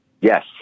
Yes